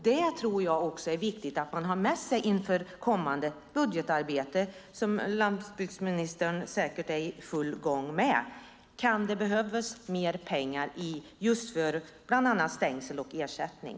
Det tror jag också är viktigt att ha med sig inför kommande budgetarbete, som landsbygdsministern säkert är i full gång med. Kan det behövas mer pengar för bland annat stängsel och ersättning?